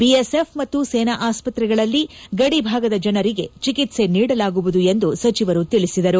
BSF ಮತ್ತು ಸೇನಾ ಆಸ್ಪತ್ರೆಗಳಲ್ಲಿ ಗಡಿಭಾಗದ ಜನರಿಗೆ ಚಿಕಿತ್ಸೆ ನೀಡಲಾಗುವುದು ಎಂದು ಸಚಿವರು ತಿಳಿಸಿದರು